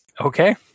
Okay